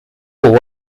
jugó